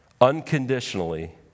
Unconditionally